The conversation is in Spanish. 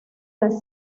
las